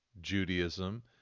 Judaism